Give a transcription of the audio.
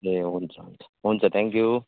ए हुन्छ हुन्छ हुन्छ थ्याङ्क्यु